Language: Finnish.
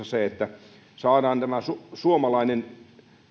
se että saadaan tämä suomalainen